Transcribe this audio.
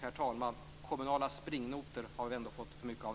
Herr talman! Kommunala springnotor har vi redan fått för mycket av.